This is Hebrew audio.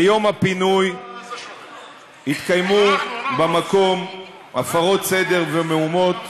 ביום הפינוי התקיימו במקום הפרות סדר ומהומות,